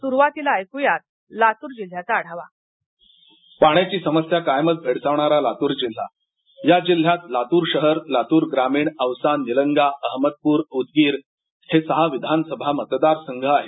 सुरुवातीला ऐकूया लातूर जिल्ह्याचा आढावा पाण्याची समस्या कायमच भेडसावणारालातूर जिल्हा या जिल्ह्यात लातूर शहरलातूर ग्रामीण औसा निलंगा अहमदपूरउदगीर हे सहाविधानसभा मतदार संघ आहेत